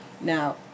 now